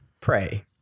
pray